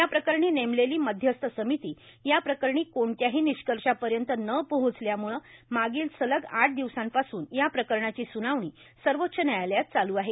या प्रकरणी नेमलेली मध्यस्थ समिती या प्रकरणी कोणत्याही निष्कर्षापर्यंत न पोहोचल्यामुळं मागील सलग आठ दिवसांपासून या प्रकरणाची सुनावणी सर्वोच्च न्यायालयात चालू आहे